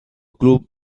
club